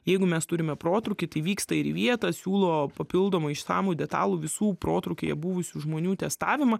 jeigu mes turime protrūkį tai vyksta ir vietą siūlo papildomą išsamų detalų visų protrūkyje buvusių žmonių testavimą